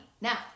Now